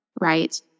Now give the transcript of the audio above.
Right